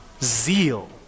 Zeal